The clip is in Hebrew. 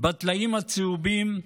בטלאים הצהובים,